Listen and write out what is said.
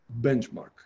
benchmark